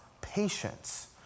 patience